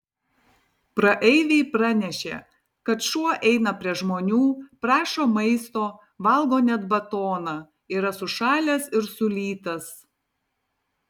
praeiviai pranešė kad šuo eina prie žmonių prašo maisto valgo net batoną yra sušalęs ir sulytas